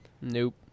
Nope